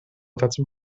dazu